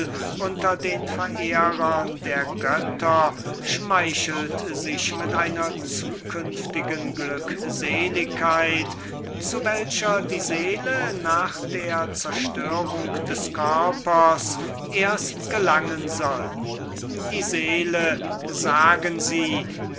unter den verehrern der götter schmeichelt sich mit einer zukünftigen glückseligkeit zu welcher die seele nach der zerstörung des körpers erst gelangen soll die seele sagen sie